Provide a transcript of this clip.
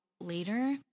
later